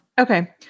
Okay